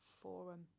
forum